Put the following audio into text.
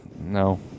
no